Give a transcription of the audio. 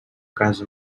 casa